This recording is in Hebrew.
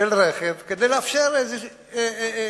של רכב, כדי לאפשר את החיים